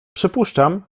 przypuszczam